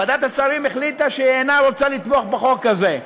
ועדת השרים החליטה שהיא אינה רוצה לתמוך בחוק הזה,